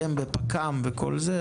אתם בפק"ם וכל זה,